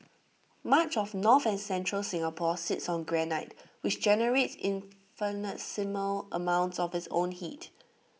much of north and central Singapore sits on granite which generates infinitesimal amounts of its own heat